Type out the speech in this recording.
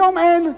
היום אין.